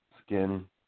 skin